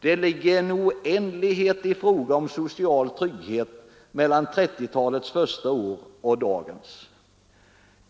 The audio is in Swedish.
Det ligger en oändlighet i fråga om social trygghet mellan 1930-talets första år och i dag.